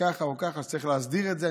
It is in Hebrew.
כך או כך, שצריך להסדיר את זה.